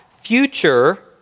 future